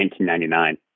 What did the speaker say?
1999